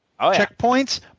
checkpoints